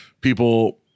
people